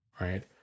right